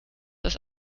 das